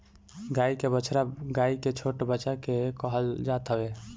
गाई के बछड़ा गाई के छोट बच्चा के कहल जात हवे